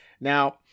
Now